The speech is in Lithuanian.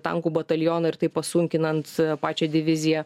tankų batalioną ir taip pasunkinant pačią diviziją